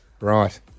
Right